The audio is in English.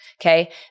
okay